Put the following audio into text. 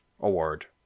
award